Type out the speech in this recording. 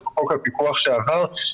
יש פה משהו שלא ברור לי,